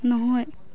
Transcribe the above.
নহয়